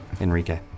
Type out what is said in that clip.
Enrique